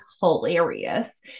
hilarious